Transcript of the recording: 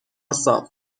صاف